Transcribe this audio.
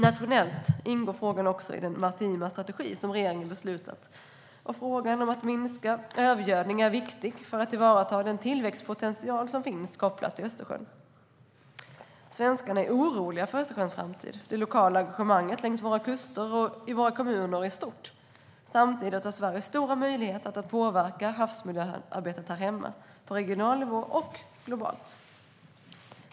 Nationellt ingår frågan också i den maritima strategi som regeringen beslutat, och frågan om att minska övergödning är viktig för att tillvarata den tillväxtpotential som finns kopplat till Östersjön. Svenskarna är oroliga för Östersjöns framtid. Det lokala engagemanget längs våra kuster och i våra kommuner är stort. Samtidigt har Sverige stora möjligheter att påverka havsmiljöarbetet här hemma, på regional nivå och globalt.